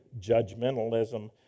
judgmentalism